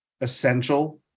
essential